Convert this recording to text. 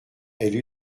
elle